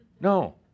No